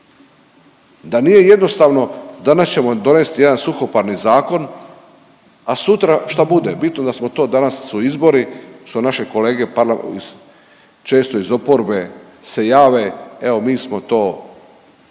da nije jednostavno. Danas ćemo donesti jedan suhoparni zakon, a sutra šta bude bitno da smo to danas su izbori što naše kolege često iz oporbe se jave evo mi smo to,